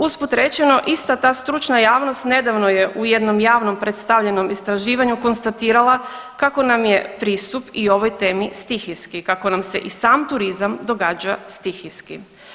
Usput rečeno ista ta stručna javnost nedavno je u jednom javnom predstavljenom istraživanju konstatirala kako nam je pristup i ovoj temi stihijski, kako nam se i sam turizam događa stihijski.